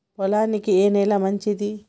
పొలానికి ఏ నేల మంచిది?